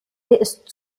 ist